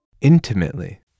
Intimately